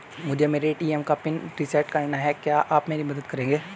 मुझे मेरे ए.टी.एम का पिन रीसेट कराना है क्या आप मेरी मदद करेंगे?